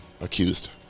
accused